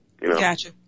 Gotcha